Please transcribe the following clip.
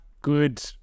good